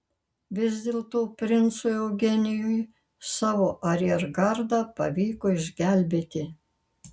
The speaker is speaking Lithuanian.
vis dėlto princui eugenijui savo ariergardą pavyko išgelbėti